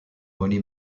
money